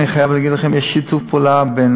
אני חייב להגיד לכם שיש שיתוף פעולה בין